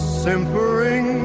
simpering